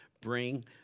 Bring